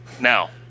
Now